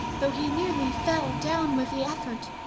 though he nearly fell down with the effort.